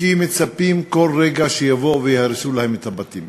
כי מצפים כל רגע שיבואו ויהרסו להם את הבתים.